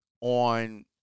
on